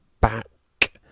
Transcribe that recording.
back